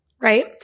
right